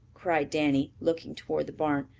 cried danny, looking toward the barn.